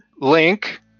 Link